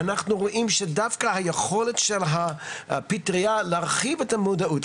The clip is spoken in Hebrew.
אנחנו רואים שדווקא היכולת של הפטריה להרחיב את המודעות,